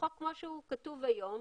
החוק כפי שהוא כתוב היום,